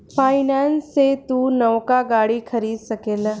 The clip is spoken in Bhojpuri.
फाइनेंस से तू नवका गाड़ी खरीद सकेल